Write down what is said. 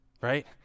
right